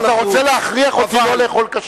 אתה רוצה להכריח אותי לא לאכול כשר?